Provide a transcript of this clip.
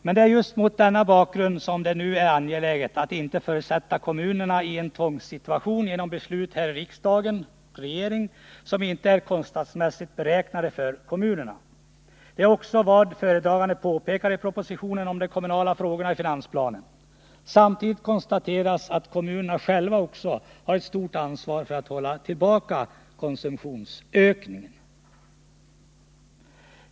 Men det är just mot den bakgrunden som det nu är angeläget att inte försätta kommunerna i en tvångssituation genom beslut här i riksdagen som inte är kostnadsmässigt beräknade för kommunerna. Det är också vad föredraganden påpekar i propositionen om de kommunala frågorna i finansplanen. Samtidigt konstateras att kommunerna själva också har ett stort ansvar för att hålla tillbaka konsumtionsökningen.